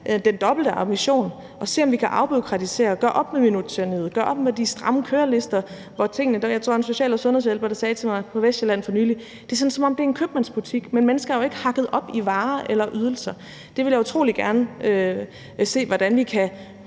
den dobbelte ambition og se, om vi kan afbureaukratisere og gøre op med minuttyranniet og gøre op med de stramme kørelister. Jeg tror, det var en social- og sundhedshjælper, der sagde til mig i Vestsjælland for nylig: Det er, som om det er en købmandsbutik, men mennesker er jo ikke hakket op i varer eller ydelser. Jeg vil utrolig gerne se, hvordan vi kan